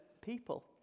people